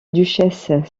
duchesse